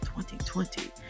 2020